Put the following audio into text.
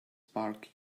park